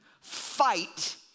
Fight